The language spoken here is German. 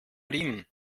riemen